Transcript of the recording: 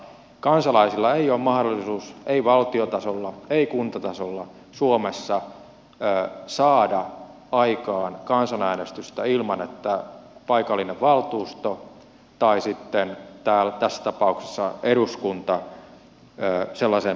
kansalaisilla ei ole mahdollisuutta ei valtiotasolla ei kuntatasolla suomessa saada aikaan kansanäänestystä ilman että paikallinen valtuusto tai sitten tässä tapauksessa eduskunta sellaisen päättää järjestää